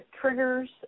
triggers